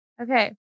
Okay